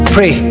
Pray